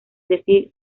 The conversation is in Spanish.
decir